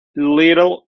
little